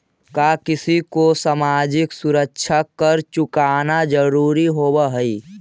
का किसी को सामाजिक सुरक्षा कर चुकाना जरूरी होवअ हई